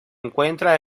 encuentra